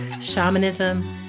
shamanism